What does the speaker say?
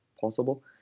possible